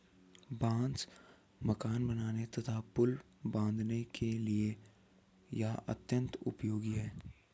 बांस मकान बनाने तथा पुल बाँधने के लिए यह अत्यंत उपयोगी है